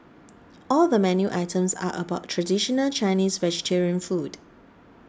all the menu items are about traditional Chinese vegetarian food